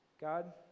God